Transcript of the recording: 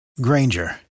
Granger